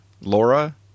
Laura